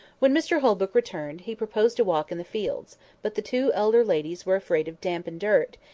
when mr holbrook returned, he proposed a walk in the fields but the two elder ladies were afraid of damp, and dirt,